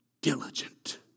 diligent